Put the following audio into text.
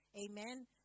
Amen